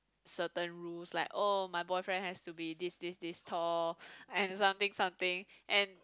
certain rules like oh my boyfriend has to be this this this tall and something something and